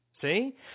See